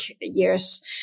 years